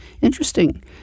Interesting